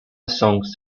songs